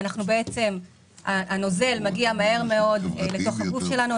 בעצם הנוזל מגיע מהר מאוד לתוך הגוף שלנו,